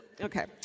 Okay